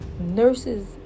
nurses